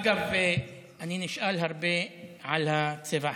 אגב, אני נשאל הרבה על הצבע הזה.